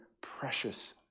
precious